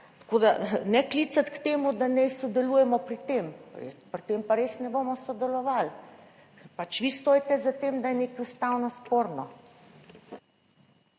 tako da, ne klicati k temu, da naj sodelujemo pri tem. Pri tem pa res ne bomo sodelovali, ker pač vi stojite za tem, da je nekaj ustavno sporno.